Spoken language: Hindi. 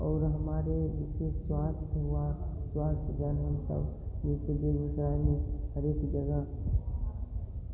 और हमारे इससे स्वास्थ्य बीमा स्वास्थ्य सब की तरह